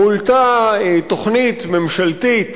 הועלתה תוכנית ממשלתית